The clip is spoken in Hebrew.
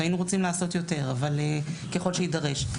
היינו רוצים לעשות יותר ככל שיידרש,